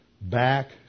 back